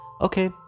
Okay